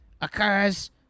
occurs